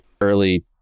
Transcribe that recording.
early